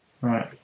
right